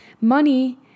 money